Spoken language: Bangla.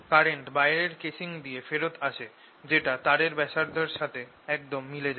কারেন্ট বাইরের কেসিং দিয়ে ফেরত আসে যেটা তারের ব্যাসার্ধ এর সাথে একদম মিলে যায়